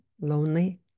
lonely